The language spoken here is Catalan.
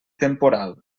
temporal